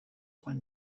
one